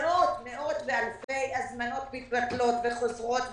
מאות ואלפי הזמנות מתבטלות וחוזרות.